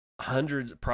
hundreds